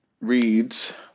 reads